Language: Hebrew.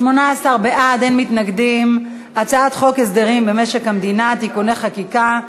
את הצעת חוק הסדרים במשק המדינה (תיקוני חקיקה)